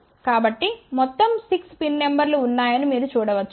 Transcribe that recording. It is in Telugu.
కాబట్టి మొత్తం 6 పిన్ నెంబర్ లు ఉన్నాయని మీరు చూడవచ్చు